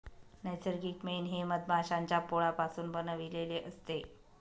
नैसर्गिक मेण हे मधमाश्यांच्या पोळापासून बनविलेले असते